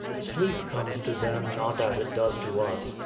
sleep comes to them not as it does to us,